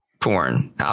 porn